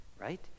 right